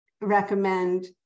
recommend